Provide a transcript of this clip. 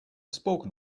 spoken